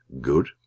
good